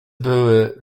były